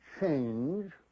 change